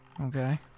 Okay